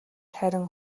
харин